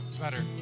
better